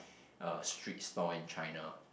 uh street stall in China